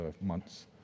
months